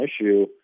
issue